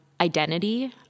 identity